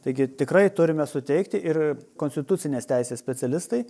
taigi tikrai turime suteikti ir konstitucinės teisės specialistai